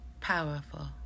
powerful